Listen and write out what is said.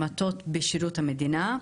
במטות בשירות המדינה.